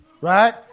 right